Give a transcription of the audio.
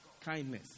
kindness